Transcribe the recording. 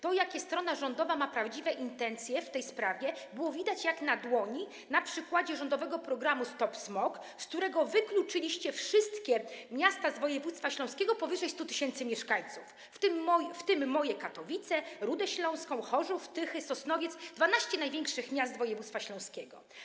To, jakie strona rządowa ma prawdziwe intencje w tej sprawie, było widać jak na dłoni na przykładzie rządowego programu „Smog stop”, z którego wykluczyliście wszystkie miasta z województwa śląskiego liczące powyżej 100 tys. mieszkańców, w tym moje Katowice, Rudę Śląską, Chorzów, Tychy, Sosnowiec - 12 największych miast z województwa śląskiego.